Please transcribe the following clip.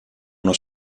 uno